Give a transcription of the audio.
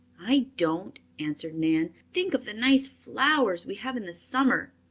i don't, answered nan. think of the nice flowers we have in the summer.